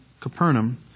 Capernaum